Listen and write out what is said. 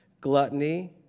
gluttony